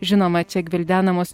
žinoma čia gvildenamos